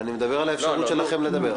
אני מדבר על האפשרות שלכם לדבר.